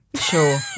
Sure